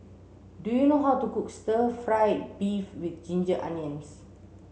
do you know how to cook stir fried beef with ginger onions